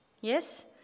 Yes